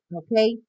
okay